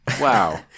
Wow